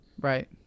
Right